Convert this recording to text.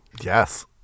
Yes